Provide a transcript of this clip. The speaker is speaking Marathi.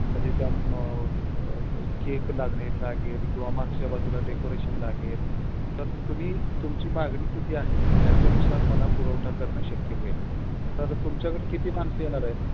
म्हणजे त्या केक लागणे लागेल किंवा मागच्या बाजूला डेकोरेशन लागेल तर तुम्ही तुमची मागणी किती आहे त्याच्यानुसार मला पुरवठा करणं शक्य होईल तर तुमच्याकडे किती माणसं येणार आहेत